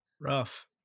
Rough